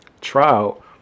trial